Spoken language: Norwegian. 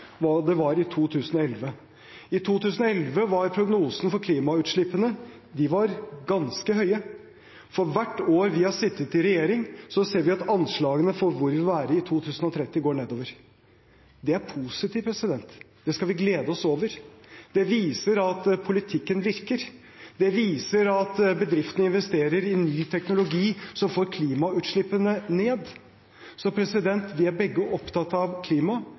2011 var prognosene for klimautslippene ganske høye. For hvert år vi har sittet i regjering, ser vi at anslagene for hvor vi vil være i 2030, går nedover. Det er positivt. Det skal vi glede oss over. Det viser at politikken virker. Det viser at bedriftene investerer i ny teknologi som får klimautslippene ned. Vi er begge opptatt av klima.